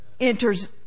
enters